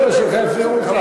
לא הפריעו לך.